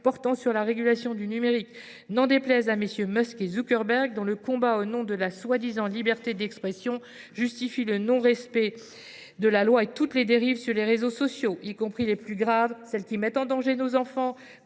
portant sur la régulation du numérique, n’en déplaise à MM. Musk et Zuckerberg, dont le combat au nom de la prétendue liberté d’expression justifie le non respect de la loi et toutes les dérives sur les réseaux sociaux, y compris les plus graves : celles qui mettent en danger nos enfants,